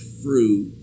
fruit